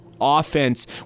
offense